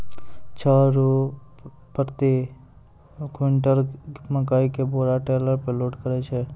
छह रु प्रति क्विंटल मकई के बोरा टेलर पे लोड करे छैय?